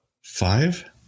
Five